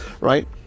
right